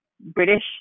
British